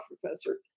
professor